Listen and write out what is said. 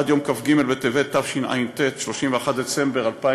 עד יום כ"ג בטבת התשע"ט, 31 בדצמבר 2018